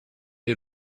est